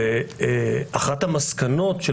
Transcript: אחת המסקנות של